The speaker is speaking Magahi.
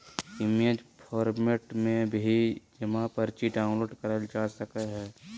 इमेज फॉर्मेट में भी जमा पर्ची डाउनलोड करल जा सकय हय